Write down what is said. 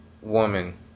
woman